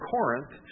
Corinth